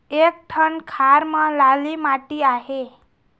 एक ठन खार म लाली माटी आहे?